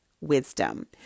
Wisdom